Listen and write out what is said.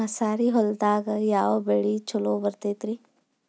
ಮಸಾರಿ ಹೊಲದಾಗ ಯಾವ ಬೆಳಿ ಛಲೋ ಬರತೈತ್ರೇ?